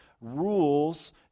rules